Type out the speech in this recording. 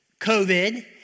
COVID